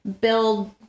build